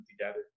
together